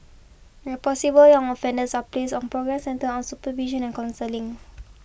where possible young offenders are placed on programmes centred on supervision and counselling